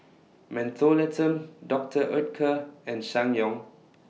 Mentholatum Doctor Oetker and Ssangyong